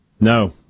No